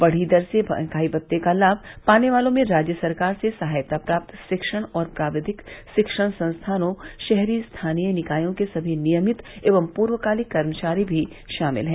बढ़ी दर से महंगाई भत्ते का लाभ पाने वालों में राज्य सरकार से सहायता प्राप्त शिक्षण और प्राविधिक शिक्षण संस्थानों शहरी स्थानीय निकायों के सभी नियमित व पूर्णकालिक कर्मचारी भी शामिल है